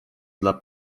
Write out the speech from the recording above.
dla